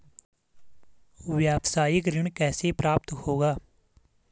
व्यावसायिक ऋण कैसे प्राप्त होगा?